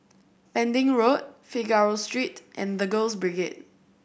Pending Road Figaro Street and The Girls Brigade